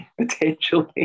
potentially